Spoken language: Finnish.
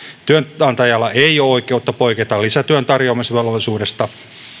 työnantajalla ei ole oikeutta poiketa lisätyön tarjoamisvelvollisuudesta